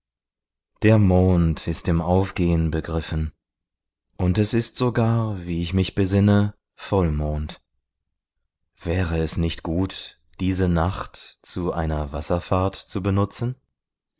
der mond ist im aufgehen begriffen und es ist sogar wie ich mich besinne vollmond wäre es nicht gut diese nacht zu einer wasserfahrt zu benutzen